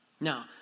Now